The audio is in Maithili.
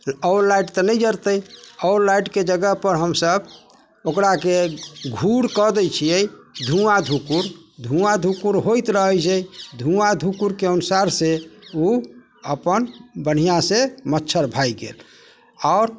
औलाइट तऽ नहि जड़तै औलाइटके जगहपर हमसभ ओकराके घूर कऽ दै छियै धुआँ धुकुर धुआँ धुकुर होइत रहै छै धुआँ धुकुरके अनुसारसँ उ अपन बढ़िआँसँ मच्छर भागि गेल आओर